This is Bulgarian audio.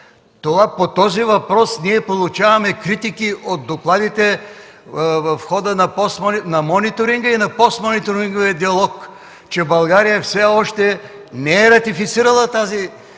По този въпрос ние получаваме критики в докладите в хода на мониторинга и постмониторинговия диалог – че България все още не е ратифицирала тази